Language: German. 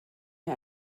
mir